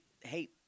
hate